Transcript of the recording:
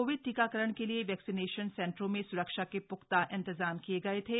Covid टीकाकरण के लिए वैक्सीनेशन सेंटरों में सुरक्षा के प्ख्ता इंतजाम किए गए थे